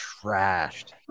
trashed